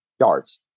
yards